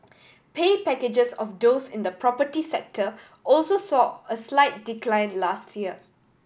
pay packages of those in the property sector also saw a slight decline last year